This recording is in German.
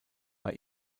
bei